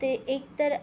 ते एकतर